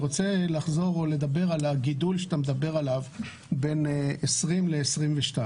אתה רוצה לדבר על הגידול שאתה מדבר עליו בין 2020 ל-2022.